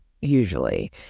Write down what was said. usually